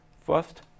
First